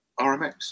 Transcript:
RMX